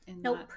Nope